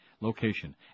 location